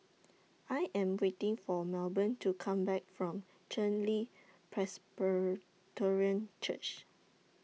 I Am waiting For Melbourne to Come Back from Chen Li Presbyterian Church